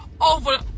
over